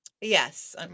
Yes